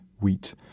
wheat